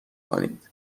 کنید